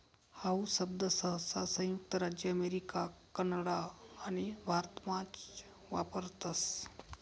how शब्द सहसा संयुक्त राज्य अमेरिका कॅनडा आणि भारतमाच वापरतस